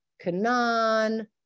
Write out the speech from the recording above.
Canaan